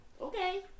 okay